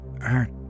Art